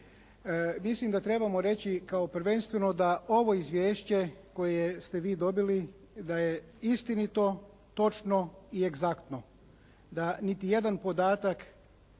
Mislim da trebamo reći kao prvenstveno da ovo izvješće koje ste vi dobili da je istinito, točno i egzaktno. Da niti jedan podatak